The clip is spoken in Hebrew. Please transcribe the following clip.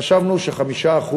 חשבנו ש-5%,